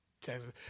Texas